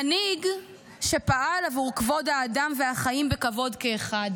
מנהיג שפעל עבור כבוד האדם והחיים בכבוד כאחד.